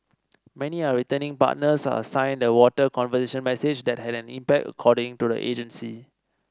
many are returning partners a sign that the water conservation message has had an impact according to the agency